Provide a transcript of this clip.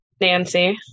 Nancy